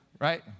right